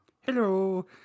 hello